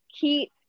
keep